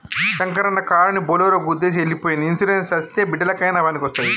శంకరన్న కారుని బోలోరో గుద్దేసి ఎల్లి పోయ్యింది ఇన్సూరెన్స్ అస్తే బిడ్డలకయినా పనికొస్తాది